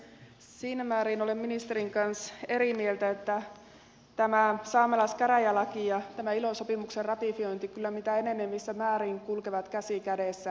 siinä määrin olen ministerin kanssa eri mieltä että tämä saamelaiskäräjälaki ja tämä ilo sopimuksen ratifiointi kyllä mitä enenevässä määrin kulkevat käsi kädessä